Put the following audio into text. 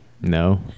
No